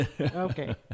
Okay